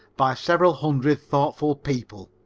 by several hundred thoughtful people.